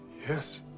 Yes